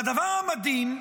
והדבר המדהים,